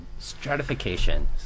stratification